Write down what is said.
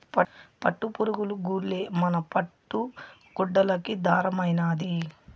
పట్టుపురుగులు గూల్లే మన పట్టు గుడ్డలకి దారమైనాది